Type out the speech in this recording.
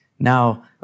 Now